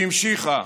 שהמשיכה